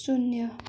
शून्य